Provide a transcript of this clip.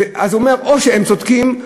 אז הוא אומר: או שהם צודקים,